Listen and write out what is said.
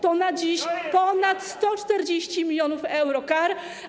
To na dziś ponad 140 mln euro kar.